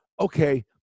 Okay